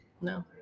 No